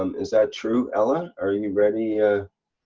um is that true ella? are you ready. ah